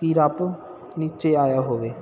ਕਿ ਰੱਬ ਨੀਚੇ ਆਇਆ ਹੋਵੇ